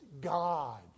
God